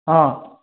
অঁ